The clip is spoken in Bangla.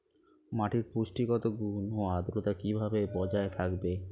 মাটির পুষ্টিগত গুণ ও আদ্রতা কিভাবে বজায় থাকবে?